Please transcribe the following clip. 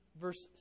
verse